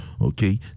Okay